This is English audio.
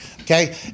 Okay